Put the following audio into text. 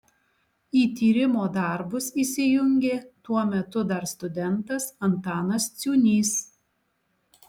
į tyrimo darbus įsijungė tuo metu dar studentas antanas ciūnys